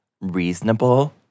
reasonable